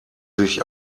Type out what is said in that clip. sich